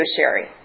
Sherry